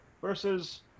Versus